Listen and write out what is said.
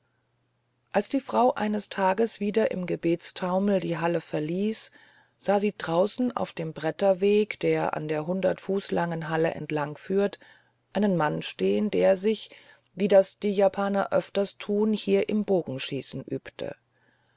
als die frau eines tages wieder im gebetstaumel die halle verließ sah sie draußen auf dem bretterweg der an der hundert fuß langen halle entlangführt einen mann stehen der sich wie das die japaner öfters tun hier im bogenschießen übte